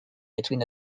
between